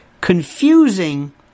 confusing